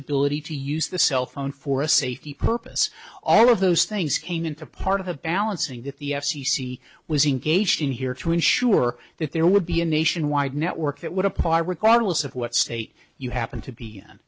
ability to use the cell phone for a safety purpose all of those things came into part of a balancing that the f c c was engaged in here to ensure that there would be a nationwide network that would apply required we'll see what state you happen to be